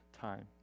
time